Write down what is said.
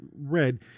read